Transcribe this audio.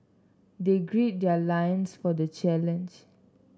they grid their loins for the challenge